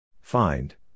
Find